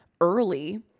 early